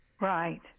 Right